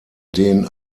den